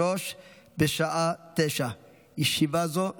נמשיך עם הנמקת ההסתייגויות בישיבת הכנסת מחר,